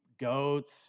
goats